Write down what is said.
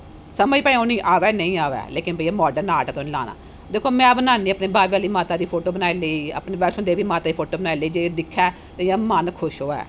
समझ भावें उन्हेंगी अवै जां नेईं अवै लेकिन भैया मार्डन आर्ट ते लाना दिक्खो में बनानी अपनी बाह्वे आहली माता दी फोटो बनाई लेई अपने माता बैष्णो देवी दी फोटो बनाई लेई जेहदे दिक्खे ते मन खुश होऐ